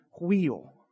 wheel